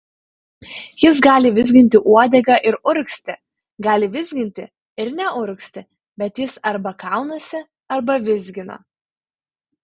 jis gali vizginti uodegą ir urgzti gali vizginti ir neurgzti bet jis arba kaunasi arba vizgina